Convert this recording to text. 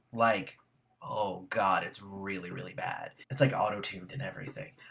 like oh god, it's really really bad. it's like auto-tuned and everything